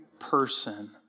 person